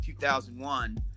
2001